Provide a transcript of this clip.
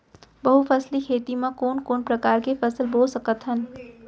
बहुफसली खेती मा कोन कोन प्रकार के फसल बो सकत हन?